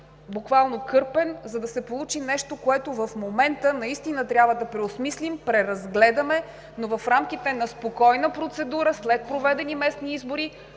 буквално кърпен, за да се получи нещо, което в момента наистина трябва да преосмислим, преразгледаме, но в рамките на спокойна процедура след проведени местни избори,